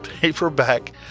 Paperback